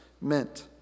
meant